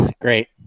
Great